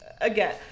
again